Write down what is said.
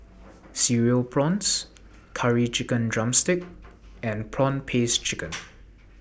Cereal Prawns Curry Chicken Drumstick and Prawn Paste Chicken